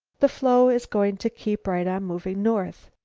the floe is going to keep right on moving north.